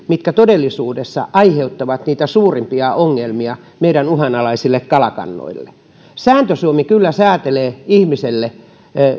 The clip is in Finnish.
mitkä todellisuudessa aiheuttavat niitä suurimpia ongelmia meidän uhanalaisille kalakannoille sääntö suomi kyllä säätelee ihmiselle